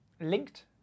linked